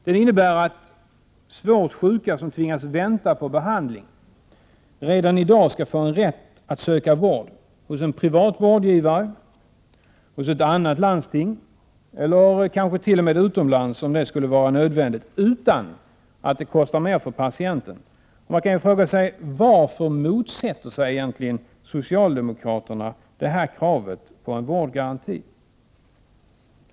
Den innebär att svårt sjuka som tvingas vänta på behandling redan i dag skall få en rätt att söka vård hos en privat vårdgivare, ett annat landsting eller kanske t.o.m. utomlands om det skulle vara nödvändigt, utan att det kostar mer för patienten. Varför motsätter sig egentligen socialdemokraterna kravet på en vårdgaranti?